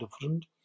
different